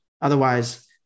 Otherwise